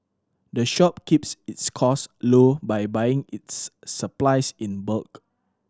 the shop keeps its cost low by buying its supplies in bulk